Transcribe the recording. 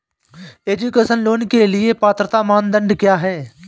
Education loan के लिए पात्रता मानदंड क्या है?